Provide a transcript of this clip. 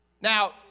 Now